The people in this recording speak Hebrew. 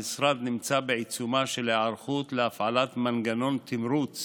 המשרד נמצא בעיצומה של היערכות להפעלת מנגנון תמרוץ